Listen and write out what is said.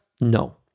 No